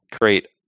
create